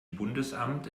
bundesamt